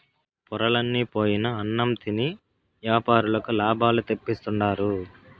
పొరలన్ని పోయిన అన్నం తిని యాపారులకు లాభాలు తెప్పిస్తుండారు